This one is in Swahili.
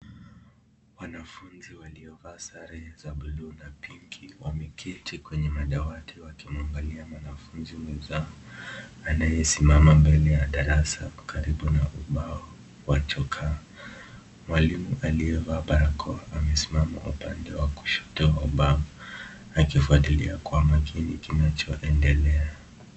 Wanafunzi waliovalia sare ya bluu na pinki .Wameketi kwenye madawati, wakimwangalia mwanafunzi mwenzao anayesimama mbele ya darasa ,karibu na ubao wa chokaa. Mwalimu aliyevaa barakoa amesimama upande wa kushoto wa ubao, akifuatalia kwa makini kinachoendelea.